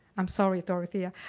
i'm sorry dorothea.